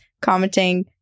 commenting